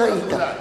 אז אולי ראית.